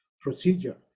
procedure